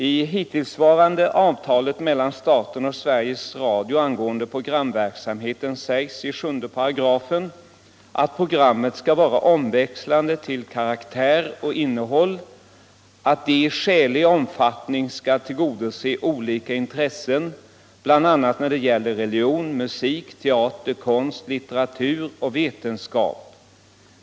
I det hittillsvarande avtalet mellan staten och Sveriges Radio angående programverksamheten sägs i 7 § att programmen skall vara omväxlande till karaktär och innehåll, att de i skälig omfattning skall tillgodose olika intressen bl.a. när det gäller religion, musik, teater, konst, litteratur och vetenskap.